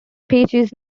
peaches